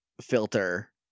filter